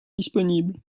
disponibles